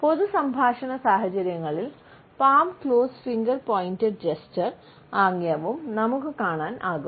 പൊതു സംഭാഷണ സാഹചര്യങ്ങളിൽ palm closed finger pointed gesture ആംഗ്യവും നമുക്ക് കാണാൻ ആകും